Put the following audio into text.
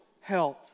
health